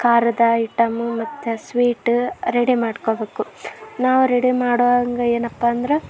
ಖಾರದ ಐಟಮ್ಮು ಮತ್ತು sweet ready ಮಾಡ್ಕೋಬೇಕು ನಾವು ರೆಡಿ ಮಾಡೋ ಹಂಗ ಏನಪ್ಪಾಂದ್ರೆ